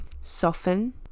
soften